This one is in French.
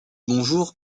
bonjour